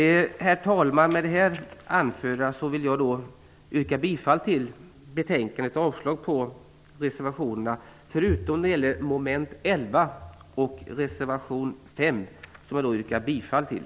Herr talman! Med det anförda vill jag yrka bifall till hemställan i betänkandet och avslag på reservationerna förutom när det gäller mom. 11 och reservation 5 som jag yrkar bifall till.